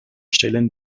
stellen